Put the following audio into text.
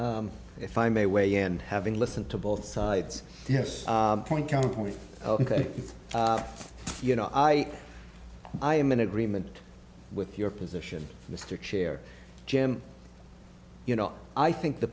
if i may way and having listened to both sides yes point counterpoint ok you know i i am in agreement with your position mr chair jim you know i think the